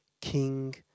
King